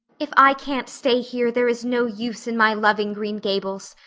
if i can't stay here there is no use in my loving green gables.